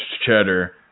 cheddar